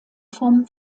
vom